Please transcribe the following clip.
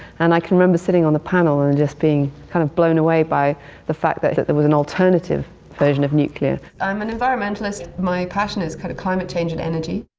and i can remember sitting on the panel and just being kind of blown away by the fact that that there was an alternative version of nuclear. i'm an environmentalist, my passion is kind of climate change and energy.